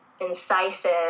incisive